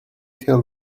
tell